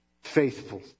faithful